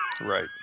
right